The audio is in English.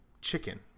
chicken